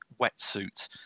wetsuit